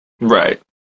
Right